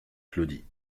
claudie